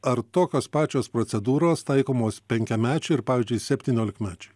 ar tokios pačios procedūros taikomos penkiamečiui ir pavyzdžiui septyniolikmečiui